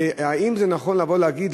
האם זה נכון לבוא ולהגיד,